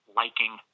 liking